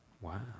Wow